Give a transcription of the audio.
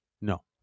No